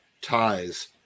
ties